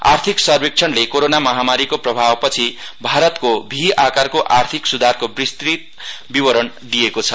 आर्थिक सर्वेक्षणले कोरोना महामारीको प्रभावपछि भारतको भी आकारको आर्थिक सुधारको विस्तृत विवरण दिएको छ